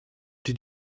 did